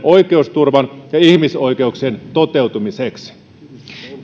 oikeusturvan ja ihmisoikeuksien toteuttamiseksi